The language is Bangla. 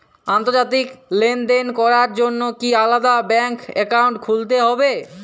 আন্তর্জাতিক লেনদেন করার জন্য কি আলাদা ব্যাংক অ্যাকাউন্ট খুলতে হবে?